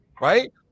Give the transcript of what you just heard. right